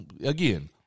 again